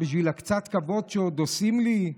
בשביל הקצת כבוד שעוד עושים לי,